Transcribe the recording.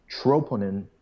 troponin